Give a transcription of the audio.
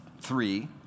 three